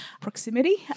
proximity